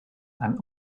and